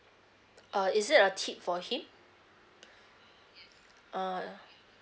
uh is it a tip for him uh